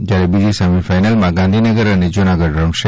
જયારે બીજી સેમીફાઇનલમાં ગાંધીનગર અને જૂનાગઢ રમશે